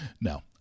No